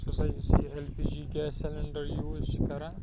یُس ہَسا أسۍ یہِ L P G gas cylinder use چھِ کَران